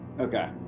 okay